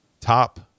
top